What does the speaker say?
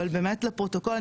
אבל באמת לפרוטוקול,